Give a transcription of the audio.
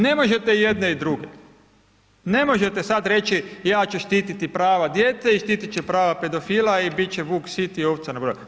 Ne možete jedne i druge, ne možete sada reći ja ću štiti prava djece i štiti ću prava pedofila i biti će vuk sit i ovce na broju.